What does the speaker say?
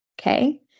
okay